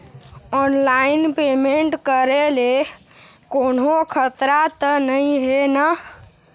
Online payment करे ले कोन्हो खतरा त नई हे न?